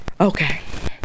okay